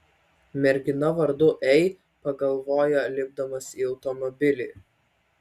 mergina vardu ei pagalvojo lipdamas į automobilį